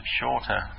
shorter